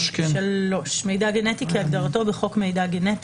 3. 3. "מידע גנטי כהגדרתו בחוק מידע גנטי,